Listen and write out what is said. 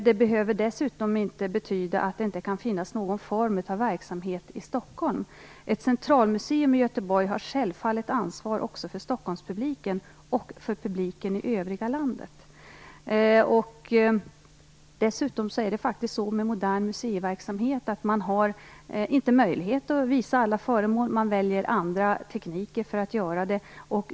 Det behöver dessutom inte betyda att det inte kan finnas någon form av verksamhet i Stockholm. Ett centralmuseum i Göteborg har självfallet ansvar också för Stockholmspubliken och för publiken i övriga landet. Dessutom är det så med modern museiverksamhet att man inte har möjlighet att visa alla föremål. Man väljer andra tekniker för att göra det.